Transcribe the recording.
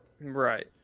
Right